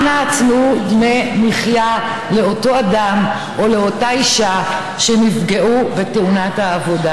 אנא תנו דמי מחיה לאותו אדם או לאותה אישה שנפגעו בתאונת העבודה.